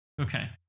Okay